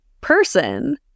person